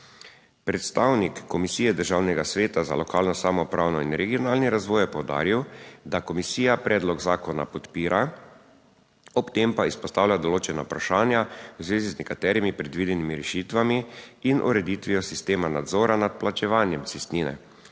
Predstavnik Komisije Državnega sveta za lokalno samoupravo in regionalni razvoj je poudaril, da komisija predlog zakona podpira, ob tem pa izpostavlja določena vprašanja v zvezi z nekaterimi predvidenimi rešitvami in ureditvijo sistema nadzora nad plačevanjem cestnine,